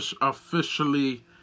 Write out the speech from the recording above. officially